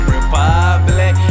Republic